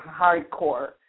hardcore